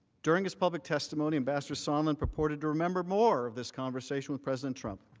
during his public testimony ambassador sondland purported to remember more of this conversation with president trump.